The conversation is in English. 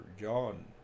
john